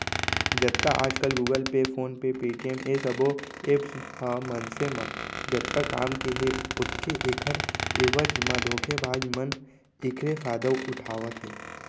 जतका आजकल Google Pay, PhonePe, Paytm ए सबो ऐप्स ह मनसे म जतका काम के हे ओतके ऐखर एवज म धोखेबाज मन एखरे फायदा उठावत हे